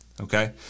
okay